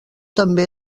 també